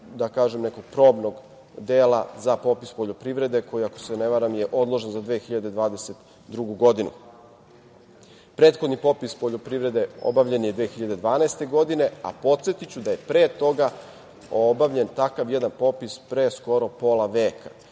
u okviru nekog probnog dela za popis poljoprivrede koja ako se ne varam odložen za 2022. godinu. Prethodni popis poljoprivrede obavljen je 2012. godine, a podsetiću da je pre toga obavljen takav jedan popis pre skora pola veka.